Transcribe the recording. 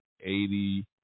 eighty